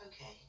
Okay